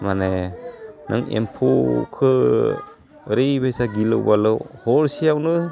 माने नों एम्फौखो ओरैबायसा गिलु बालु हरसेयावनो